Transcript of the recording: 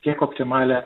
kiek optimalią